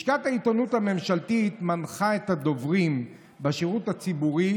לשכת העיתונות הממשלתית מנחה את הדוברים בשירות הציבורי